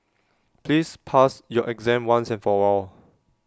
please pass your exam once and for all